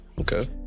Okay